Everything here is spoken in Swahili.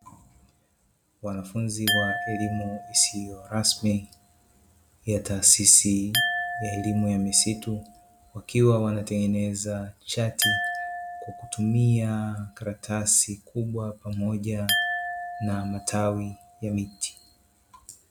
Wanafunzi wa elimu isiyo rasmi ya taasisi ya elimu ya misitu, wakiwa wanatengeneza chati kwa kutumia karatasi kubwa pamoja na matawi ya miti.